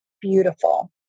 Beautiful